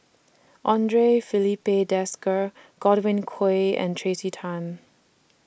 Andre Filipe Desker Godwin Koay and Tracey Tan